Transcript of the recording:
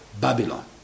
Babylon